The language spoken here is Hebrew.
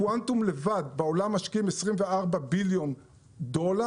קוונטום לבד בעולם משקיעים עשרים וארבע ביליון דולר,